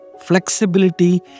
flexibility